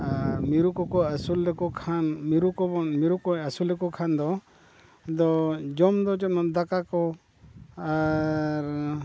ᱟᱨ ᱢᱤᱨᱩ ᱠᱚᱠᱚ ᱟᱹᱥᱩᱞ ᱞᱮᱠᱚ ᱠᱷᱟᱱ ᱢᱤᱨᱩ ᱠᱚᱵᱚᱱ ᱢᱤᱨᱩ ᱠᱚ ᱟᱹᱥᱩᱞᱮᱠᱚ ᱠᱷᱟᱱ ᱫᱚ ᱟᱫᱚ ᱡᱚᱢᱫᱚ ᱡᱮᱢᱚᱱ ᱫᱟᱠᱟ ᱠᱚ ᱟᱨ